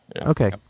Okay